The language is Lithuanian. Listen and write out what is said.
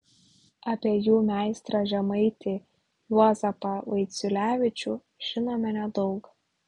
apie jų meistrą žemaitį juozapą vaiciulevičių žinome nedaug